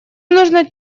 нужно